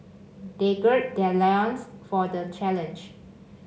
they gird their loins for the challenge